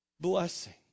blessing